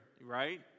right